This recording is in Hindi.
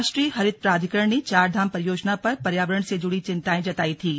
राष्ट्रीय हरित प्राधिकरण ने चारधाम परियोजना पर पर्यावरण से जुड़ी चिंताएं जतायी थीं